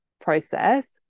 process